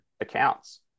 accounts